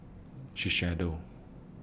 Shiseido